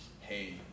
hey